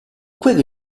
quello